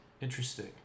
Interesting